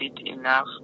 enough